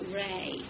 ray